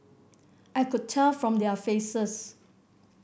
I could tell from their faces